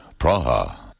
Praha